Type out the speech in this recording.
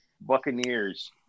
Buccaneers